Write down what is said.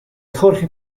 jorge